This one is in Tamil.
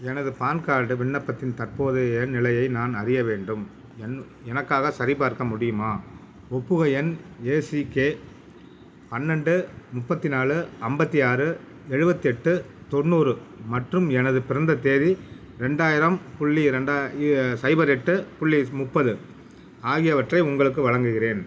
எனது பான் கார்டு விண்ணப்பத்தின் தற்போதைய நிலையை நான் அறிய வேண்டும் என் எனக்காகச் சரிபார்க்க முடியுமா ஒப்புகை எண் ஏசிகே பன்னெண்டு முப்பத்தி நாலு ஐம்பத்தி ஆறு எழுபத்தெட்டு தொண்ணூறு மற்றும் எனது பிறந்த தேதி ரெண்டாயிரம் புள்ளி ரெண்டா சைபர் எட்டு புள்ளி முப்பது ஆகியவற்றை உங்களுக்கு வழங்குகின்றேன்